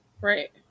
Right